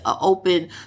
open